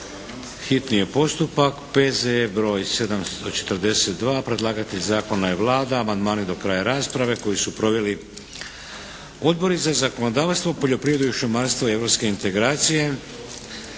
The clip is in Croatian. hitni postupak P.Z.E. br. 742 Predlagatelj Zakona je Vlada. Amandmane do kraja rasprave, koji su proveli Odbori za zakonodavstvo, poljoprivredu i šumarstvo i europske integracije.